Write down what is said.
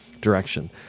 direction